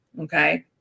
Okay